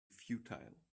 futile